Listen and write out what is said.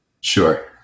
Sure